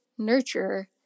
nurturer